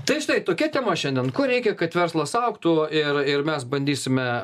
tai štai tokia tema šiandien ko reikia kad verslas augtų ir ir mes bandysime